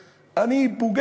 אם אני מפגין כערבי,